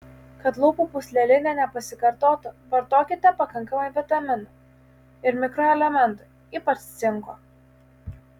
kad lūpų pūslelinė nepasikartotų vartokite pakankamai vitaminų ir mikroelementų ypač cinko